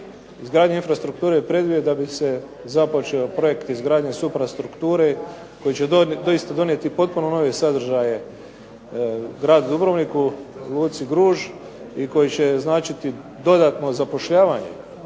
izgradnje infrastrukture je preduvjet da bi se započeo projekt izgradnje suprastrukture koji će doista donijeti potpuno nove sadržaje gradu Dubrovniku, luci Gruž i koji će značiti dodatno zapošljavanje